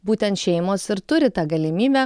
būtent šeimos ir turi tą galimybę